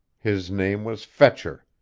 his name was fetcher.